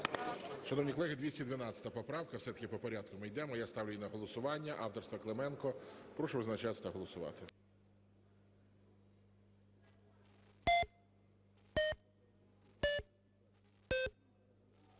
Шановні колеги, 212 поправка, все-таки по порядку ми йдемо. Я ставлю її на голосування. Авторства Клименко. Прошу визначатися та голосувати.